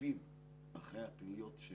עוקבים אחרי הפניות של